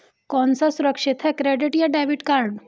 कौन सा सुरक्षित है क्रेडिट या डेबिट कार्ड?